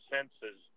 senses